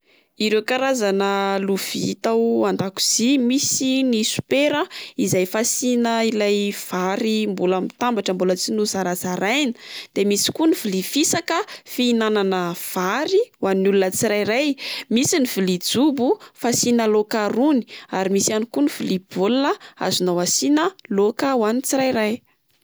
Ireo karazana lovia tao an-dakozia misy ny sopera izay fasiana ilay vary mbola mitambatra mbola tsy nozarazaraina, de misy koa ny vilia fisaka fihinana vary ho an'ny olona tsirairay. Misy ny vilia jobo fasiana laoka rony, ary misy ihany koa ny vilia baolina azonao asiana laoka ho an'ny tsirairay.